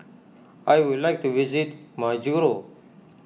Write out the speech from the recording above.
I would like to visit Majuro